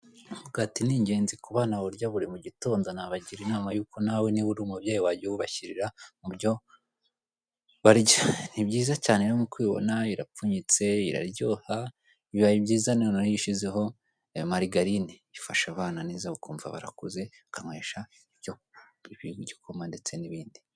Umukati ni ingenzi kubana bawurya buri gitindo nabagira inaba niba nawe niba uri umubyeyi wanjya uwubashyirira mubyo barya. Ni byiza cyane nk'uko ubibona irapfunyitse, iraryoha biba byiza iyo usizeho marigarine ifasha abana neza bakumva barakuze bakanywesha igikoma ndetse n'ibindi.